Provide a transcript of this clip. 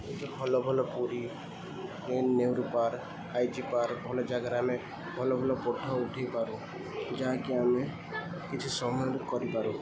ଭଲ ଭଲ Puri Nehru park I G park ଭଲ ଜାଗାରେ ଆମେ ଭଲ ଭଲ ଫଟୋ ଉଠାଇପାରୁଛୁ ଯାହାକି ଆମେ କିଛି ସମୟରେ କରିପାରୁ